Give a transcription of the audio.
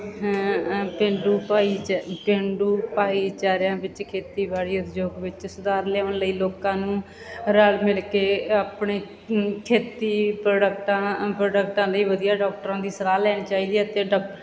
ਪੇਂਡੂ ਭਾਈਚਾ ਪੇਂਡੂ ਭਾਈਚਾਰਿਆਂ ਵਿੱਚ ਖੇਤੀਬਾੜੀ ਉਦਯੋਗ ਵਿੱਚ ਸੁਧਾਰ ਲਿਆਉਣ ਲਈ ਲੋਕਾਂ ਨੂੰ ਰਲ ਮਿਲ ਕੇ ਆਪਣੇ ਖੇਤੀ ਪ੍ਰੋਡਕਟਾਂ ਪ੍ਰੋਡਕਟਾਂ ਲਈ ਵਧੀਆ ਡਾਕਟਰਾਂ ਦੀ ਸਲਾਹ ਲੈਣ ਚਾਹੀਦੀ ਹੈ ਅਤੇ ਡਾਕ